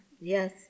Yes